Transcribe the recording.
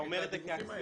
אתה אומר את זה כאקסיומה,